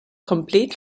complete